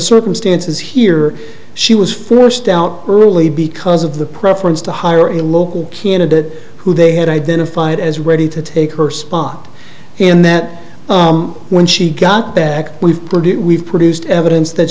circumstances here she was forced out early because of the preference to hire a local candidate who they had identified as ready to take her spot in that when she got back we've put it we've produced evidence that